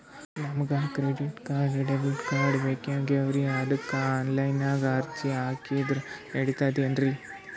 ನಮಗ credit card, debit card ಬೇಕಾಗ್ಯಾವ್ರೀ ಅದಕ್ಕ ಆನಲೈನದಾಗ ಅರ್ಜಿ ಹಾಕಿದ್ರ ನಡಿತದೇನ್ರಿ?